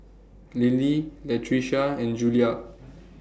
Lily Latricia and Julia